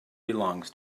belongs